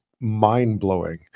mind-blowing